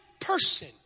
person